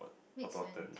make